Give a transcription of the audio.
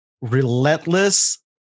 relentless